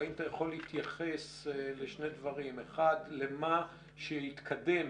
והאם אתה יכול להתייחס לשני דברים, למה שהתקדם